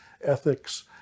ethics